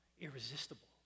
irresistible